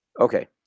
Okay